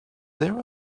there